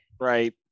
right